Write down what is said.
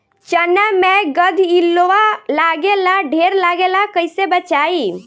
चना मै गधयीलवा लागे ला ढेर लागेला कईसे बचाई?